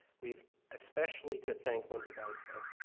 we've especially to thanks linda geisler.